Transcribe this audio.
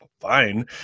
fine